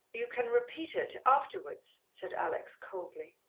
you can repeat it afterwards, said alex coldly.